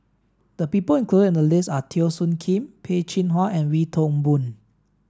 the people included in the list are Teo Soon Kim Peh Chin Hua and Wee Toon Boon